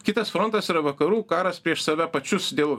kitas frontas yra vakarų karas prieš save pačius dėl